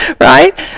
right